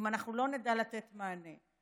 אם אנחנו לא נדע לתת מענה,